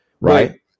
right